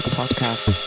podcast